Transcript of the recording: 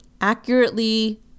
accurately